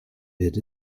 wird